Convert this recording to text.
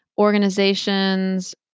organizations